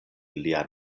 lian